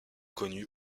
connu